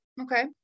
Okay